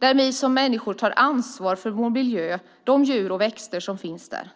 Vi människor måste ta ansvar för vår miljö och de djur och växter som finns där.